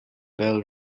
bell